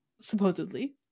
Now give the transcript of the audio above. supposedly